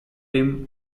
him